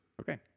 Okay